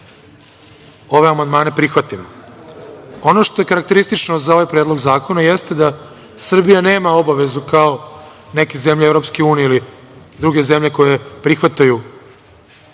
ove amandmane prihvatimo. Ono što je karakteristično za ovaj predlog zakona jeste da Srbija nema obavezu kao neke zemlje EU ili druge zemlje koje prihvataju